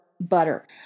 butter